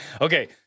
Okay